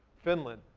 finland,